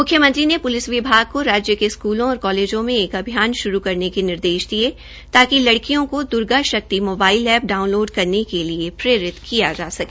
म्ख्यमंत्री ने प्लिस विभाग की राज्य के स्कूलों और कालेजों में एक अभियान श्रू करने के निर्देश भी दिये ताकि लड़कियों को द्र्गा शक्ति एप्प डाउनलोड करने के लिए प्रेरित किया जा सके